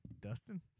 Dustin